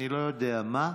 אני לא יודע מה.